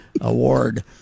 award